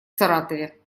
саратове